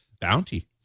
bounty